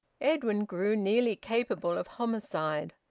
edwin grew nearly capable of homicide.